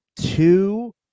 two